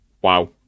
wow